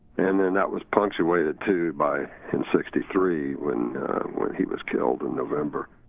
and then that was punctuated, too, by in sixty three when when he was killed in november,